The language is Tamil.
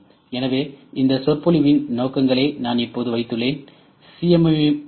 எனவே இந்த சொற்பொழிவின் நோக்கங்களை நான் இப்போது வைத்துள்ளேன் சி